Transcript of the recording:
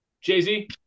jay-z